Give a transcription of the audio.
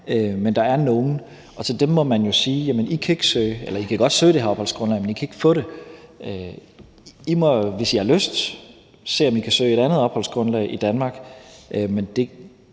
men der er nogle, og til dem må man jo sige, at de godt kan søge det her opholdsgrundlag, men at de ikke kan få det, og at de må, hvis de har lyst, se, om de kan søge et andet opholdsgrundlag i Danmark. Men